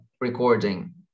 recording